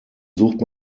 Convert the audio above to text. sucht